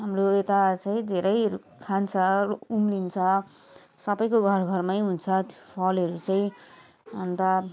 हाम्रो यता चाहिँ धेरै खान्छ उम्रिन्छ सबैको घरघरमै हुन्छ फलहरू चाहिँ अन्त